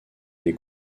les